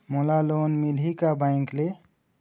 मोला लोन मिलही का बैंक ले?